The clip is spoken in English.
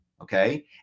Okay